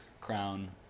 crown